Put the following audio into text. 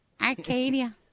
Arcadia